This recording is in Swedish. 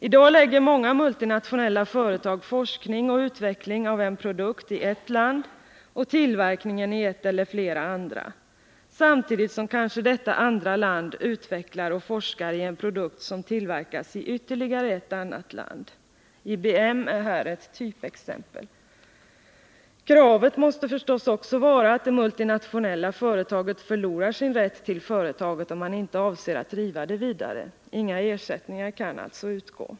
I dag lägger många multinationella företag forskning och utveckling av en produkt i ett land och tillverkningen i ett eller flera andra, samtidigt som kanske detta andra land utvecklar och forskar i en produkt som tillverkas i ytterligare ett annat land. IBM är här ett typexempel. Kravet måste förstås också vara att det multinationella företaget förlorar sin rätt till företaget, om man inte avser att driva det vidare. Inga ersättningar kan alltså utgå.